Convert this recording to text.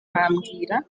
bambwira